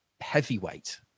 heavyweight